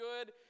good